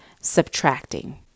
subtracting